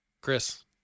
Chris